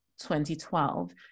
2012